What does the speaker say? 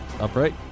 Upright